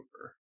over